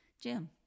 Jim